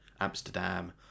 Amsterdam